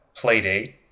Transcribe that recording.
Playdate